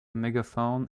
megaphone